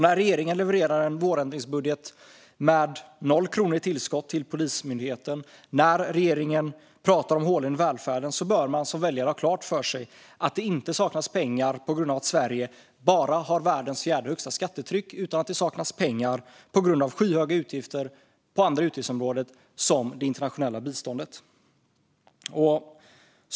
När regeringen levererar en vårändringsbudget med noll kronor i tillskott till Polismyndigheten, och när regeringen pratar om hålen i välfärden, bör man som väljare ha klart för sig att det inte saknas pengar på grund av att Sverige "bara" har världens fjärde högsta skattetryck. Det saknas pengar på grund av skyhöga utgifter på andra områden, som det internationella biståndet.